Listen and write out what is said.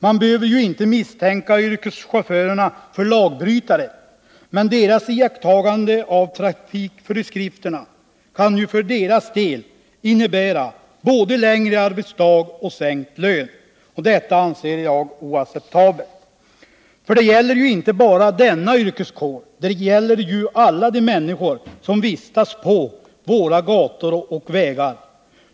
Man behöver inte misstänka yrkeschaufförerna för att vara lagbrytare, men iakttagandet av trafikföreskrifterna innebär för deras del både längre arbetsdag och sänkt lön, och detta anser jag oacceptabelt. Det angår inte bara denna yrkeskår utan alla de människor som vistas på våra gator och vägar.